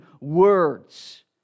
words